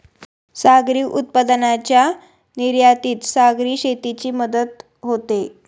सागरी उत्पादनांच्या निर्यातीत सागरी शेतीची मदत होते